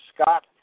Scott